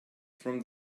from